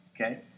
okay